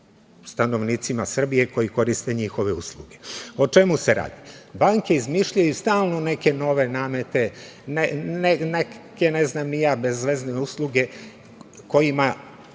stanovnicima Srbije koji koriste njihove usluge.O čemu se radi? Banke izmišljaju stalno neke nove namete, neke ne znam ni ja bezvezne usluge kojima